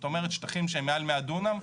זאת אומרת שטחים שהם מעל 100 דונם.